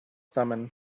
thummim